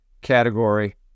category